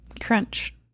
Crunch